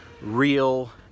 real